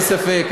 אין ספק,